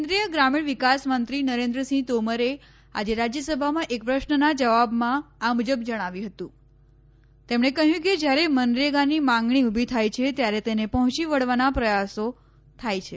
કેન્રીકીયગ્રામીણ વિકાસમંત્રી નરેન્નસિંહ તોમરે આજે રાજ્યસભામાં એક પ્રશ્રનાં જવાબમાં આ મુજબ જણાવ્યું હતું તેમણે કહ્યું કે જ્યારે મનરેગાની માંગણી ઉભી થાય છે ત્યારે તેને પહોંચી વળવાના પ્રયાસો થાય છે